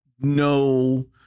no